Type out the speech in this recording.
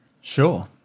Sure